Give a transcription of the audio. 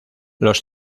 los